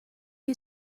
you